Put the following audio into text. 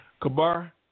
Kabar